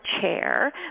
chair